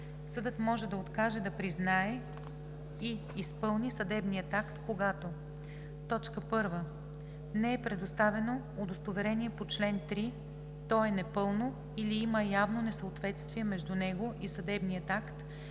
Съдът може да откаже да признае и изпълни съдебния акт, когато: 1. не е предоставено удостоверение по чл. 3, то е непълно или има явно несъответствие между него и съдебния акт